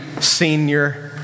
senior